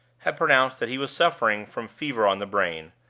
had pronounced that he was suffering from fever on the brain,